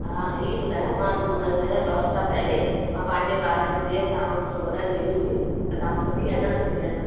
हा इहो ॿुधायो मां ॾह हफ़्ता पहिरियों मां पंहिंजे ॿार जी ड्रेस तव्हां वटि सिबण लाइ ॾिनी हुई त तां सिबी आहे न सिबी आहे अञा